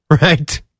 right